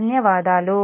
ధన్యవాదాలు